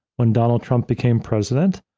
when donald trump became president,